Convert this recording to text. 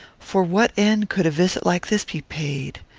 for what end could a visit like this be paid?